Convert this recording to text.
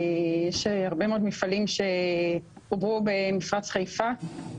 יש הרבה מאוד מפעלים שחוברו במפרץ חיפה,